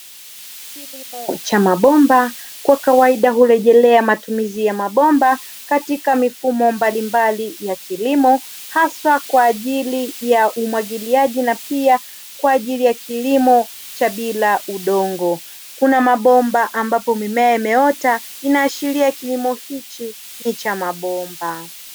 Kilimo cha mabomba kwa kawaida hurejelea matumizi ya mabomba katika mifumo mbalimbali ya kilimo haswa kwa ajili ya umwagiliaji na pia kwa ajili ya kilimo cha bila udongo, kuna mabomba ambapo mimea yameota inaashiria kilimo hichi ni cha mabomba.